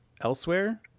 elsewhere